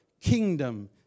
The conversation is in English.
kingdom